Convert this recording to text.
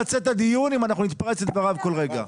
אנחנו לא נמצה את הדיון אם אנחנו נתפרץ לדבריו כל רגע.